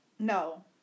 No